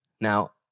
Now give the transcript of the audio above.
Now